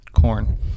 Corn